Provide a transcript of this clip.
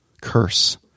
curse